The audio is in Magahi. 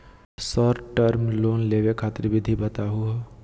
शार्ट टर्म लोन लेवे खातीर विधि बताहु हो?